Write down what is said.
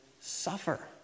suffer